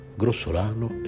grossolano